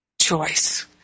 choice